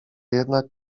jednak